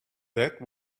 that